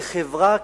כחברה,